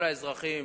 כל האזרחים